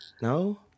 No